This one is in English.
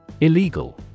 Illegal